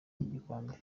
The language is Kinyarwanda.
gikombe